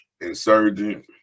insurgent